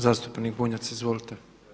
Zastupnik Bunjac, izvolite.